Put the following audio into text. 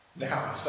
now